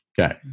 Okay